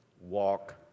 walk